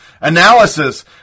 Analysis